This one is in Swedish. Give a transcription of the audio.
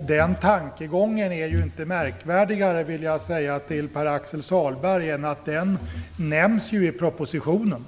Den tankegången är ju inte märkvärdigare - det vill jag säga till Pär-Axel Sahlberg - än att den nämns i propositionen.